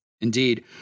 Indeed